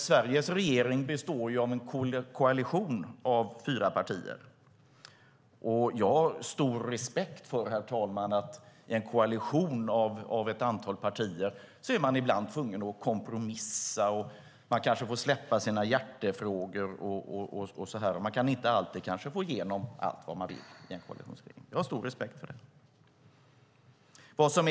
Sveriges regering består ju av en koalition av fyra partier, och jag har stor respekt, herr talman, för att man i en koalition bestående av ett antal partier ibland är tvungen att kompromissa, att kanske behöva släppa sina hjärtefrågor, att inte alltid få igenom allt vad man vill. Jag har stor respekt för det.